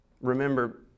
remember